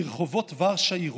לרחובות ורשה עירו.